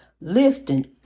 Lifting